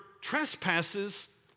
trespasses